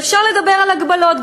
אפשר לדבר על הגבלות.